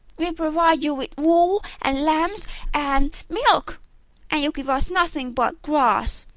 we provide you with wool and lambs and milk and you give us nothing but grass,